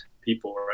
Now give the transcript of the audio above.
people